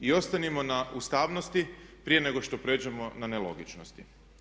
I ostanimo na ustavnosti prije nego što prijeđemo na nelogičnosti.